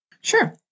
Sure